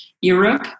Europe